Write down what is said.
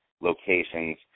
locations